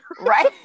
right